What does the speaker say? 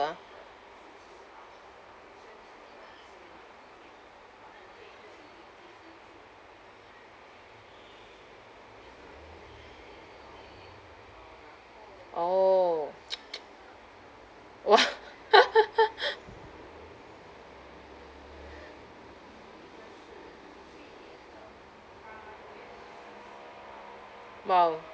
ah orh !wow!